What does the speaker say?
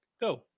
Go